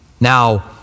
Now